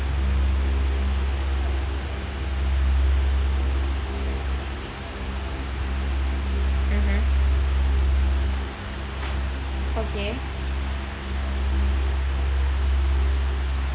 mmhmm okay